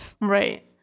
Right